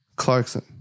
Clarkson